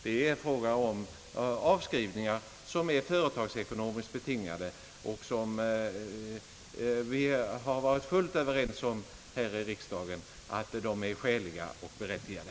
Det är fråga om avskrivningar som är företagsekonomiskt betingade, och vi har varit fullt överens om här i riksdagen att de är skäliga och berättigade.